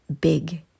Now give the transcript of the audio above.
big